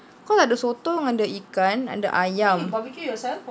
cause like the sotong and the ikan and the ayam